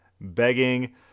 begging